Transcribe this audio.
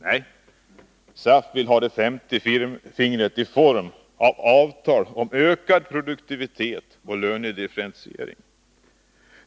Nej, SAF vill även ta det femte fingret i form av avtal om ökad produktivitet och lönedifferentiering.